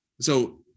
So-